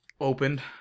Opened